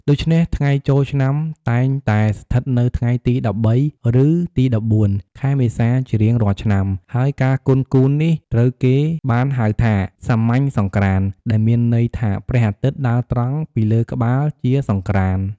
ដូច្នេះ ថ្ងៃចូលឆ្នាំតែងតែស្ថិតនៅថ្ងៃទី ១៣ ឬទី ១៤ ខែមេសាជារៀងរាល់ឆ្នាំ ហើយការគន់គូរនេះត្រូវគេបានហៅថា សាមញ្ញសង្ក្រាន្ត ដែលមានន័យថាព្រះអាទិត្យដើរត្រង់ពីលើក្បាលជាសង្ក្រាន្ត។